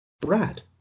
brad